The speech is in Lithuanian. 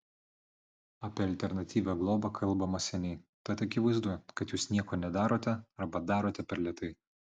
apie alternatyvią globą kalbama seniai tad akivaizdu kad jūs nieko nedarote arba darote per lėtai